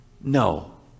No